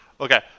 Okay